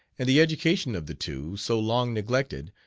and the education of the two, so long neglected,